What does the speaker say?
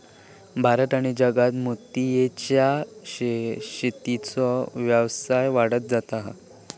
भारत आणि जगात मोतीयेच्या शेतीचो व्यवसाय वाढत जाता हा